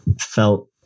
felt